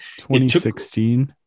2016